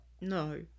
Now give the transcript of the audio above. No